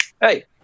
Hey